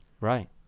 Right